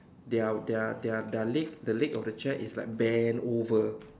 their their their their leg the leg of the chair is like bent over